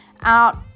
out